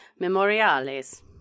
memoriales